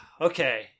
okay